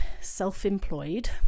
self-employed